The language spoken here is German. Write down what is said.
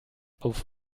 auf